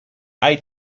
hay